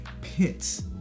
pits